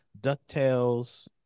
DuckTales